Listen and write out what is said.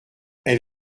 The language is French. elle